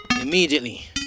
immediately